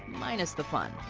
minus the fun.